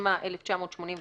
התשמ"א 1981‏